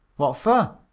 what fer?